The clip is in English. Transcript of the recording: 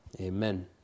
amen